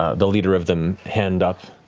ah the leader of them hand up.